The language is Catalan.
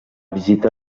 visita